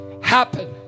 happen